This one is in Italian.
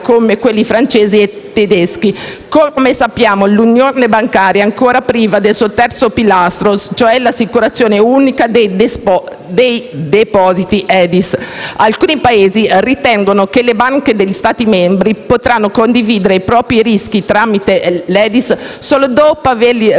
come quelli francesi e tedeschi. Come sappiamo, l'unione bancaria è ancora priva del suo terzo pilastro, cioè il Sistema europeo di assicurazione dei depositi, l'EDIS. Alcuni Paesi ritengono che le banche degli Stati membri potranno condividere i propri rischi tramite l'EDIS solo dopo averli